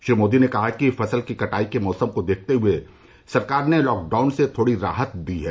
श्री मोदी ने कहा कि फसल कटाई के मौसम को देखते हुए सरकार ने लॉकडाउन से थोड़ी राहत दी है